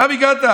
עכשיו הגעת.